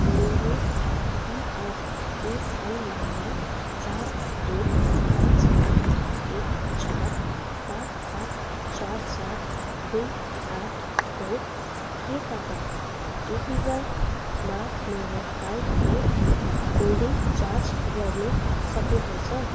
मेरो PRAN number चार एक पाँच आठ एक चार सात सात चार चार दुई आठ हो के तपाईँँ एपिवाईमा मेरो हालको होल्डिङ जाँच गर्न सक्नुहुन्छ